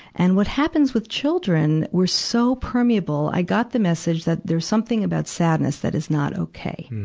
and what happened with children, we're so permeable i got the message that there's something about sadness that is not okay.